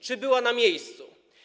Czy były na miejscu?